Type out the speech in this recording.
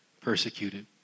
persecuted